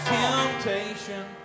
temptation